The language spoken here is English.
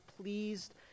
pleased